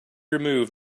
removed